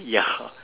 ya